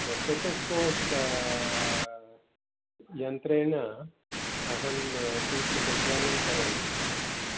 stethoscope यन्त्रेण अहं किञ्चिद् एक्सामिन् करोमि